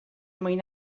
mwyn